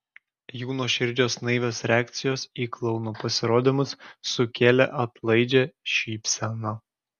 jų nuoširdžios naivios reakcijos į klounų pasirodymus sukėlė atlaidžią šypseną